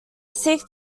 seek